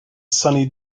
sunny